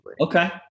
Okay